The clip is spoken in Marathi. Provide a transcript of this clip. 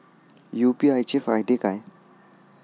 यु.पी.आय चे फायदे काय?